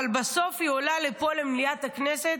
אבל בסוף היא עולה פה, במליאת הכנסת,